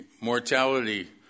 mortality